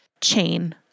chain